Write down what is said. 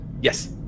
yes